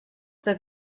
that